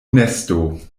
nesto